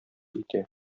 итә